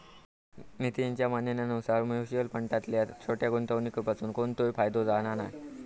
नितीनच्या म्हणण्यानुसार मुच्युअल फंडातल्या छोट्या गुंवणुकीपासून कोणतोय फायदो जाणा नाय